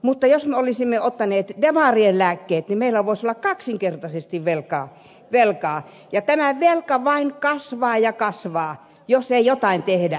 mutta jos me olisimme ottaneet demarien lääkkeet niin meillä voisi olla kaksinkertaisesti velkaa ja tämä velka vain kasvaa ja kasvaa jos ei jotain tehdä